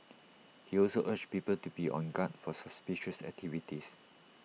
he also urged people to be on guard for suspicious activities